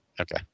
Okay